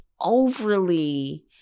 overly